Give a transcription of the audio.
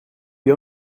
wir